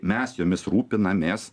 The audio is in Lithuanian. mes jomis rūpinamės